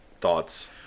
thoughts